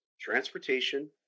transportation